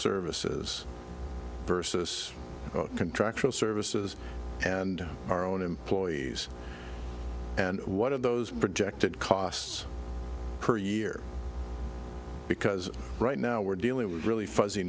services versus contractual services and our own employees and one of those projected costs per year because right now we're dealing with really fuzzy